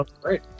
great